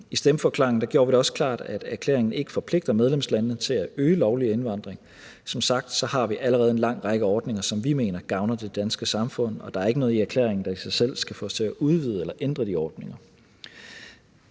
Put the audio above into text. I stemmeforklaringen gjorde vi det også klart, at erklæringen ikke forpligter medlemslandene til at øge lovlig indvandring, for som sagt har vi allerede en lang række ordninger, som vi mener gavner det danske samfund, og der er ikke noget i erklæringen i sig selv, der skal få os til at udvide eller ændre de ordninger.